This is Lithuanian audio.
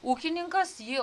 ūkininkas jį